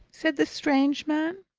said the strange man.